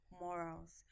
morals